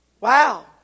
Wow